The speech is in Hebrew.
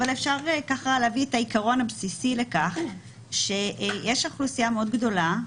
אבל אפשר להביא את העיקרון הבסיסי לכך שיש אוכלוסייה מאוד גדולה,